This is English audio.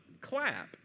clap